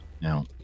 Now